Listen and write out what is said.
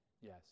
Yes